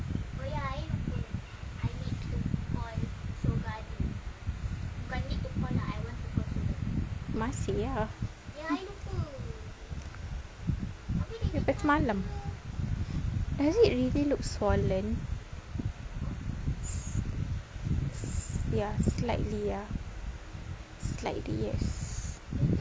masih ah daripada semalam does it really look swollen ya slightly ya slightly yes